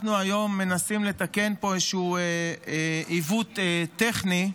אנחנו היום מנסים לתקן פה איזשהו עיוות טכני.